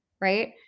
right